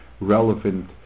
relevant